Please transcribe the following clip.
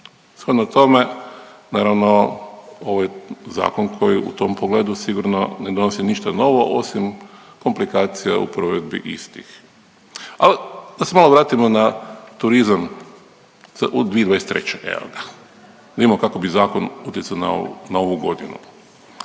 Shodno tome naravno ovo je zakon koji u tom pogledu sigurno ne donosi ništa novo osim komplikacija u provedbi istih. Ali da se malo vratimo na turizam u 2023. jel da, da vidimo kako bi zakon utjecao na ovu, na